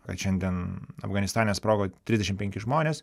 kad šiandien afganistane sprogo trisdešim penki žmonės